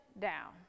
down